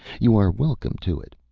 you are welcome to it.